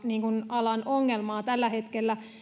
alan ongelmaa tällä hetkellä